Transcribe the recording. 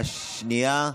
בקריאה השנייה,